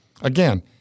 Again